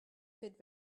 fit